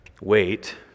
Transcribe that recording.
wait